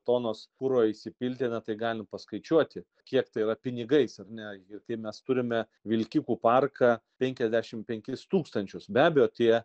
tonos kuro įsipilti na tai galim paskaičiuoti kiek tai yra pinigais ar ne ir kai mes turime vilkikų parką penkiasdešim penkis tūkstančius be abejo tie